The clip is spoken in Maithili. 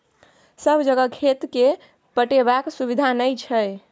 सब जगह खेत केँ पटेबाक सुबिधा नहि छै